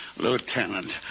Lieutenant